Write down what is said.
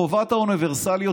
חובת האוניברסליות,